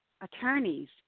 attorneys